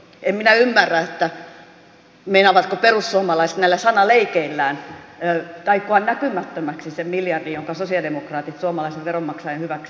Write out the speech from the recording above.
en minä ymmärrä meinaavatko perussuomalaiset näillä sanaleikeillään taikoa näkymättömäksi sen miljardin jonka sosialidemokraatit suomalaisen veronmaksajan hyväksi taistelivat